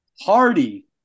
Hardy